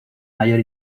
mayor